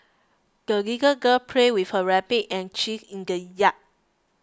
the little girl played with her rabbit and geese in the yard